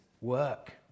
work